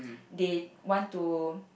they want to